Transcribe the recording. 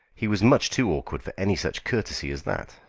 he was much too awkward for any such courtesy as that.